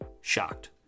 shocked